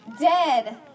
dead